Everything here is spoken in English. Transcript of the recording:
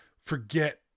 forget